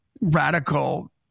radical